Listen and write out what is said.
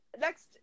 Next